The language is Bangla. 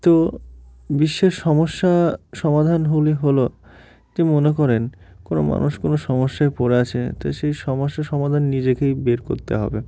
তো বিশ্বের সমস্যা সমাধানগুলি হলো যে মনে করুন কোনো মানুষ কোনো সমস্যায় পড়ে আছে তো সেই সমস্যার সমাধান নিজেকেই বের করতে হবে